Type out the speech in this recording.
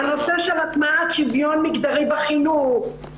נושא הטמעת שוויון מגדרי בחינוך,